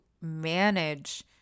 manage